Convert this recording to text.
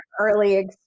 early